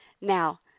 Now